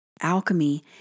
Alchemy